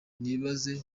nibaze